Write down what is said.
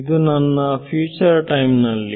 ಇದು ನನ್ನ future time ನಲ್ಲಿ